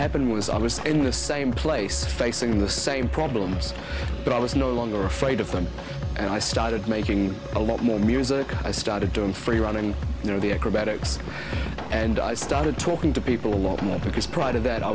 happened was i was in the same place facing the same problems but i was no longer afraid of them and i started making a lot more music i started doing free run and you know the acrobatics and i started talking to people a lot more because prior to that i